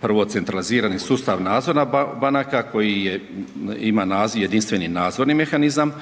prvo centralizirani sustav nadzora banaka koji ima naziv Jedinstveni nadzorni mehanizam,